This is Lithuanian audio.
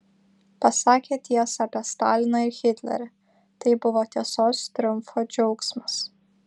pasakė tiesą apie staliną ir hitlerį tai buvo tiesos triumfo džiaugsmas